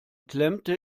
klemmte